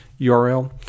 URL